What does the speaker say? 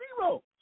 zero